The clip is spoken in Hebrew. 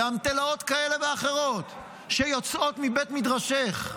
באמתלות כאלה ואחרות שיוצאות מבית מדרשך,